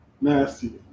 nasty